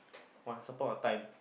Once Upon a Time